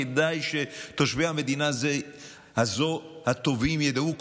וכדאי שתושבי המדינה הטובים ידעו,